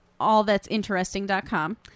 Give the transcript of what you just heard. allthat'sinteresting.com